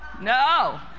No